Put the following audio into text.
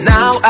Now